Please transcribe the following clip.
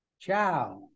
Ciao